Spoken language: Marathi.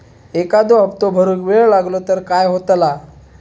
एखादो हप्तो भरुक वेळ लागलो तर काय होतला?